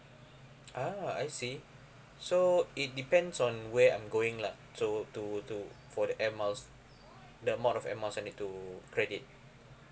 ah I see so it depends on where I'm going lah so to to for the air miles the amount of air miles I need to credit